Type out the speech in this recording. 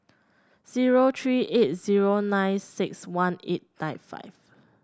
zero three eight zero nine six one eight nine five